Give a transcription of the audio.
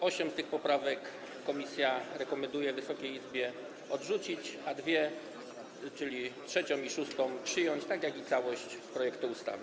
Osiem z tych poprawek komisja rekomenduje Wysokiej Izbie odrzucić, a dwie, czyli 3. i 6., przyjąć, tak jak całość projektu ustawy.